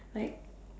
like